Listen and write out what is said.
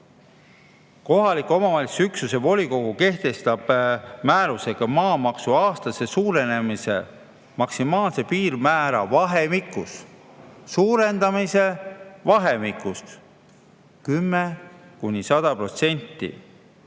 Kohaliku omavalitsuse üksuse volikogu kehtestab määrusega maamaksu aastase suurenemise maksimaalse piirmäära vahemikus – suurenemise vahemikus! – 10–100%